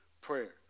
prayer